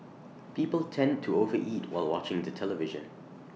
people tend to overeat while watching the television